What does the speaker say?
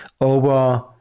over